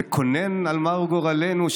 וקונן על מר גורלנו,